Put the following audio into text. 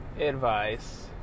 advice